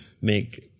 make